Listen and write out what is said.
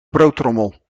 broodtrommel